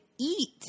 eat